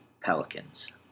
pelicans